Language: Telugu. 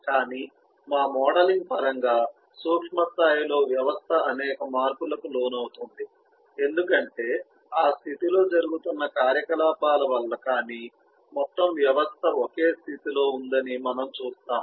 కానీ మా మోడలింగ్ పరంగా సూక్ష్మ స్థాయిలో వ్యవస్థ అనేక మార్పులకు లోనవుతుంది ఎందుకంటే ఆ స్థితిలో జరుగుతున్న కార్యకలాపాల వల్ల కానీ మొత్తం వ్యవస్థ ఒకే స్థితిలో ఉందని మనం చూస్తాము